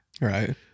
Right